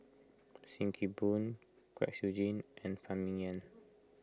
Sim Kee Boon Kwek Siew Jin and Phan Ming Yen